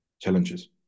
challenges